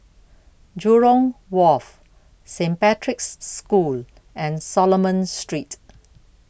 Jurong Wharf Saint Patrick's School and Solomon Street